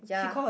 yeah